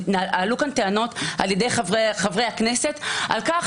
עלו כאן טענות על ידי חברי הכנסת על כך